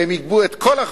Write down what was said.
והם יגבו את כל החוב,